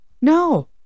No